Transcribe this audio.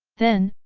then,